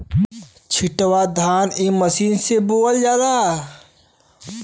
छिटवा धान इ मशीन से बोवल जाला